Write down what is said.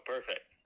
Perfect